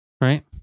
right